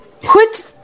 put